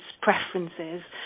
preferences